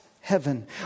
heaven